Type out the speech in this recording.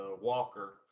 Walker